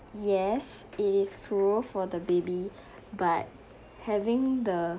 yes it is cruel for the baby but having the